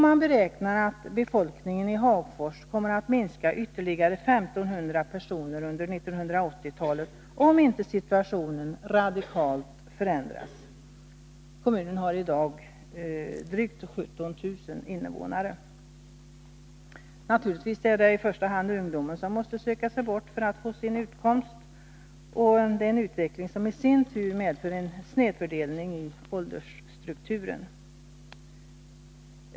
Man beräknar att befolkningen i Hagfors kommer att minska med 1 500 personer under 1980-talet, om inte situationen radikalt förändras. Kommunen har i dag drygt 17 000 invånare. Naturligtvis är det i första hand ungdomen som måste söka sig bort för att få sin utkomst — en utveckling som i sin tur medför en snedfördelning i åldersstrukturen.